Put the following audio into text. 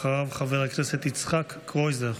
אחריו, חבר הכנסת יצחק קרויזר.